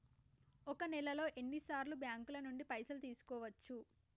ఒక నెలలో ఎన్ని సార్లు బ్యాంకుల నుండి పైసలు తీసుకోవచ్చు?